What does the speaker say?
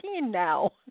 now